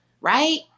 right